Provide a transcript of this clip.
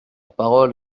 parole